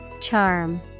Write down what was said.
Charm